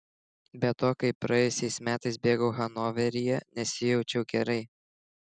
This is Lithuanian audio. be to kai praėjusiais metais bėgau hanoveryje nesijaučiau gerai